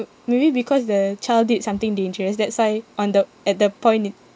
maybe because the child did something dangerous that's why on the at the point it